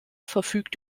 verfügt